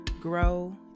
grow